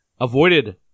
avoided